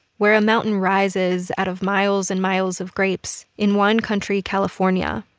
where a mountain rises out of miles and miles of grapes in wine country, california.